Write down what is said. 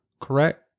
correct